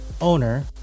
owner